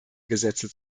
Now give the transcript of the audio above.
gesetze